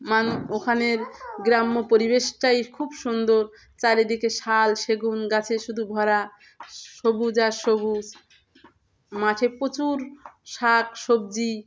মানু ওখানের গ্রাম্য পরিবেশটাই খুব সুন্দর চারিদিকে শাল সেগুন গাছে শুধু ভরা সবুজ আর সবুজ মাঠে প্রচুর শাক সবজি